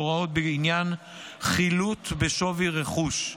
הוראות בעניין חילוט בשווי רכוש,